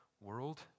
world